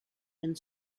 and